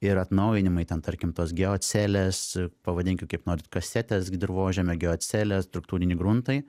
ir atnaujinimai ten tarkim tos geocelės pavadinkim kaip norit kasetės dirvožemio geocelės struktūriniai gruntai